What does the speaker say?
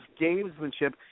gamesmanship